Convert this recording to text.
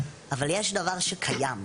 אבל יש דבר שקיים.